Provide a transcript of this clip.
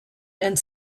and